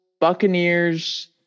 Buccaneers